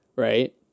Right